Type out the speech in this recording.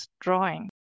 drawing